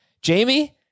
Jamie